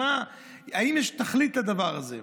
האם יש תכלית לדבר הזה?